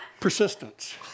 Persistence